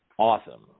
Awesome